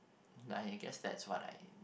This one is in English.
I guess that's what I